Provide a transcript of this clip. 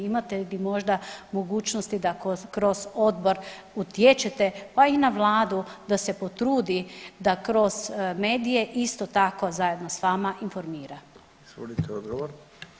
Imate li možda mogućnosti da kroz odbor utječete pa i na vladu da se potrudi da kroz medije isto tako zajedno s vama informira.